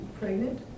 Pregnant